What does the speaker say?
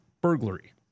burglary